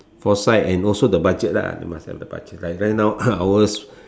foresight and also the budget lah must have the budget like right now ours